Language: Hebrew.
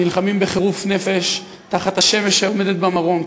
נלחמים בחירוף נפש תחת השמש העומדת במרום,